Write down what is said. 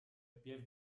pier